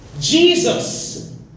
Jesus